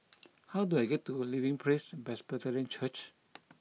how do I get to Living Praise Presbyterian Church